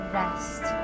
rest